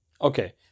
Okay